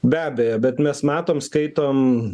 be abejo bet mes matom skaitom